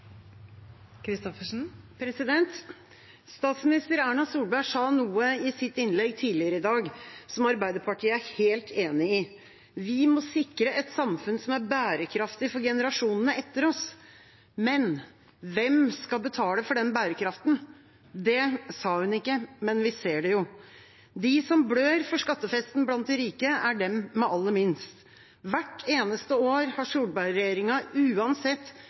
helt enig i: Vi må sikre et samfunn som er bærekraftig for generasjonene etter oss. Men hvem skal betale for den bærekraften? Det sa hun ikke, men vi ser det jo. De som blør for skattefesten blant de rike, er de med aller minst. Hvert eneste år har Solberg-regjeringen, uansett